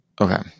okay